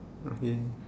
okay